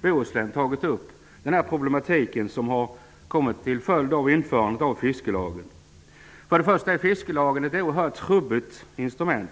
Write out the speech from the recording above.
Bohuslän tagit upp det här problemet, som är en följd av införandet av fiskelagen. Fiskelagen är ett oerhört trubbigt instrument.